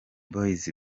boys